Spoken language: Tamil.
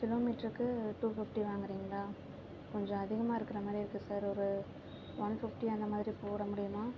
கிலோமீட்டருக்கு டூ ஃபிஃப்ட்டி வாங்கறிங்களா கொஞ்சம் அதிகமாக இருக்கிற மாதிரி இருக்குது சார் ஒரு ஒன் ஃபிஃப்ட்டி அந்த மாதிரி போட முடியுமா